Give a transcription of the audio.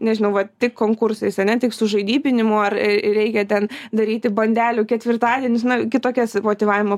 nežinau vat tik konkursais ane tik sužaidybinimu ar reikia ten daryti bandelių ketvirtadienius na kitokias motyvavimo